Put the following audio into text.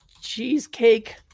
Cheesecake